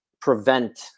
prevent